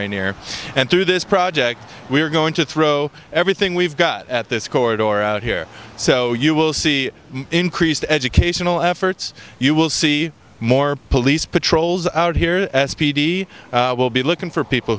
rainier and through this project we're going to throw everything we've got at this corridor or out here so you will see increased educational efforts you will see more police patrols out here s p d will be looking for people